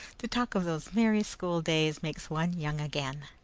to talk of those merry school days makes one young again.